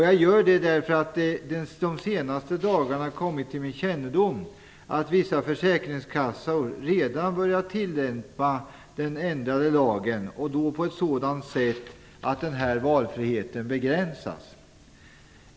Jag gör det därför att det under de senaste dagarna har kommit till min kännedom att vissa försäkringskassor redan har börjat tillämpa den ändrade lagen, på ett sådant sätt att valfriheten begränsas.